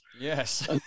Yes